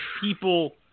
people